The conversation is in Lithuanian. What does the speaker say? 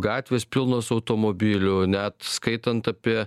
gatvės pilnos automobilių net skaitant apie